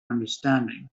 understanding